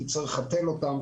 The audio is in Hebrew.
כי צריך לחתל אותם,